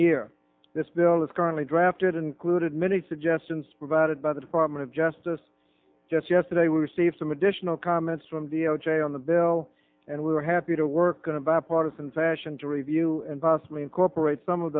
year this bill is currently drafted included many suggestions provided by the department of justice just yesterday we received some additional comments from the o j on the bill and we were happy to work on a bipartisan fashion to review and possibly incorporate some of